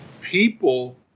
People